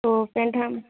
तो पेंट हम